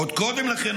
עוד קודם לכן,